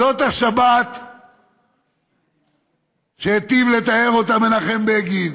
זאת השבת שהיטיב לתאר מנחם בגין,